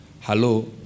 Hello